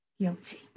guilty